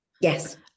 yes